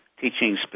teaching